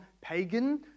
pagan